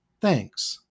Thanks